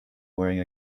wearing